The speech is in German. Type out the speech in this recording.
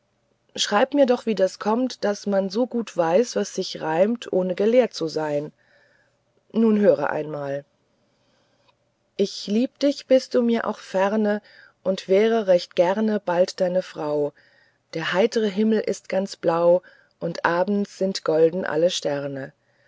schreib mir doch wie das kommt daß man so gut weiß was sich reimt ohne gelehrt zu sein nun höre einmal ich lieb dich bist du mir auch ferne und wäre gern recht bald deine frau der heitre himmel ist ganz blau und abends sind golden alle sterne